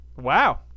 Wow